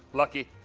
lucky.